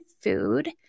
Food